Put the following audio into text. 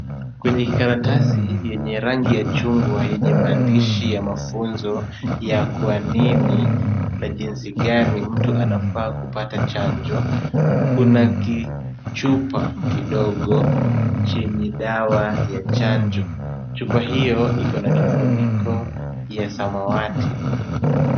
Kwenye kikaratasi yenye rangi ya chungwa yenye maandishi ya mafunzo ya kuamini na jinsi gani mtu anafaa kupata chanjo, kuna kichupa kidogo chenye dawa ya chanjo. Chupa hiyo iko na kifuniko ya samawati.